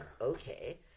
okay